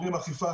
אומרים אכיפה,